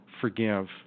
Forgive